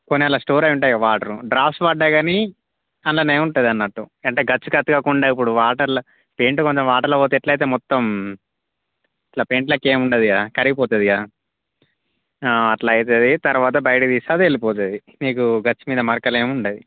కొన్ని అలా స్టోర్ అయ్యి ఉంటాయిగా వాటర్ డ్రాప్స్ పడ్డా కానీ అందులోనే ఉంటుందన్నట్టు అంటే గచ్చుకి అతకకుండా ఇప్పుడు వాటర్ల పెయింట్ కొంచెం వాటర్లో పోతే ఎట్లవుతుంది మొత్తం ఇట్లా పెయింట్ లెక్క ఏముండదు కదా కరిగిపోతుంది కదా అట్లవుతుంది తర్వాత బయటికి తీసుకుని అది వెళ్ళిపోతుంది మీకు గచ్చు మీద మరకలేమీ ఉండదు